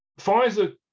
pfizer